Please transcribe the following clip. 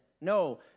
No